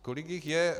Kolik jich je?